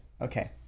Okay